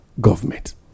government